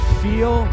feel